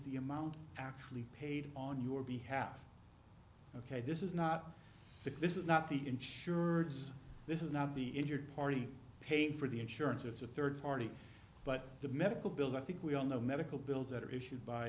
the amount actually paid on your behalf ok this is not this is not the insurers this is not the injured party paid for the insurance it's a third party but the medical bills i think we all know medical bills that are issued by